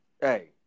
hey